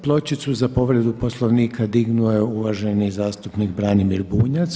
Pločicu za povredu Poslovnika dignuo je uvaženi zastupnik Branimir Bunjac.